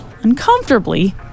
uncomfortably